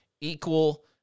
Equal